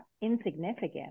insignificant